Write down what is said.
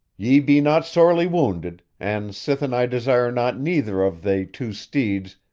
ye be not sorely wounded, and sithen i desire not neither of they two steeds,